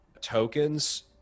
tokens